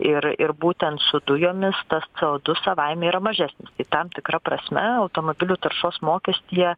ir ir būtent su dujomis tas c o du savaime yra mažesnis tam tikra prasme automobilių taršos mokestyje